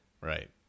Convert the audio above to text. Right